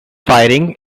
firing